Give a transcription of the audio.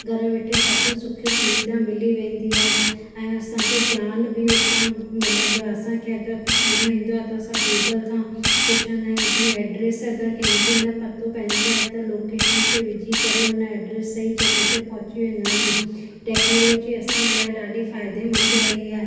घरु वेठे सभु सुख सुविधा मिली वेंदी आहे ऐं असांखे ज्ञान बि उतां मिलंदो आहे असांखे अगरि कुझु न ईंदो आहे त असां गूगल खां पुछंदा आहिय़ूं जीअं एड्रेस अगरि कंहिंजी न पतो पवंदी आहे त लोकेशन ते विझी करे हुन एड्रेस जी जॻहि ते पहुची वेंदो आहे टैक्नोलॉजी असां लाइ ॾाढी फ़ाइदेमंद रही आहे